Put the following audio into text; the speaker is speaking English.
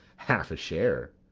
half a share.